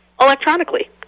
electronically